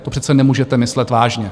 To přece nemůžete myslet vážně?